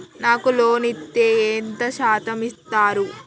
నాకు లోన్ ఇత్తే ఎంత శాతం ఇత్తరు?